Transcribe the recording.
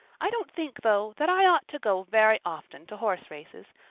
i don't think, though, that i ought to go very often to horse races,